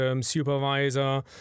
supervisor